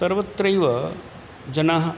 सर्वत्रैव जनाः